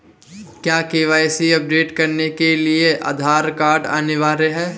क्या KYC update करने के लिए आधार कार्ड अनिवार्य है?